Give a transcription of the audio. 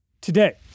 today